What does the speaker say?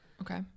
Okay